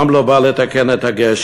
גם הוא לא בא לתקן את הגשר,